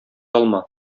алма